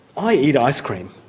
i eat ice cream.